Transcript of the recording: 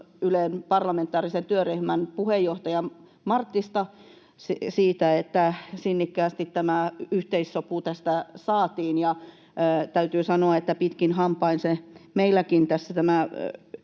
Ylen parlamentaarisen työryhmän puheenjohtaja Marttista siitä, että sinnikkäästi tämä yhteissopu tästä saatiin, ja täytyy sanoa, että pitkin hampain meilläkin tämä kompromissi